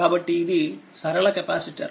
కాబట్టి ఇది సరళ కెపాసిటర్